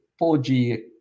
4G